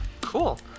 cool